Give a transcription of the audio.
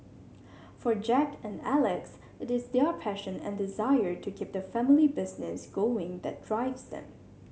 for Jack and Alex it is their passion and desire to keep the family business going that drives them